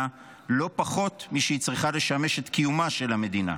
לא פחות משהיא צריכה לשמש את קיומה של המדינה.